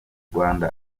rwanda